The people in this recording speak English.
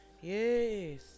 Yes